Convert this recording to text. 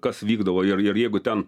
kas vykdavo ir ir jeigu ten